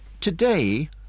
today